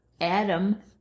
Adam